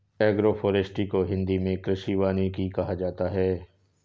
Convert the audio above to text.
agroforestry को हिंदी मे कृषि वानिकी कहा जाता है